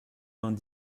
vingt